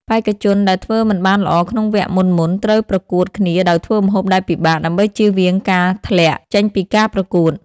បេក្ខជនដែលធ្វើមិនបានល្អក្នុងវគ្គមុនៗ ត្រូវប្រកួតគ្នាដោយធ្វើម្ហូបដែលពិបាក ដើម្បីជៀសវាងការធ្លាក់ចេញពីការប្រកួត